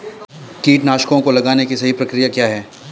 कीटनाशकों को लगाने की सही प्रक्रिया क्या है?